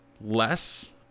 less